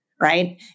right